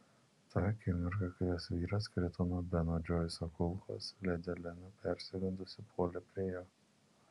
tą akimirką kai jos vyras krito nuo beno džoiso kulkos ledi elena persigandusi puolė prie jo